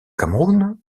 cameroun